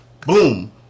boom